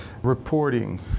reporting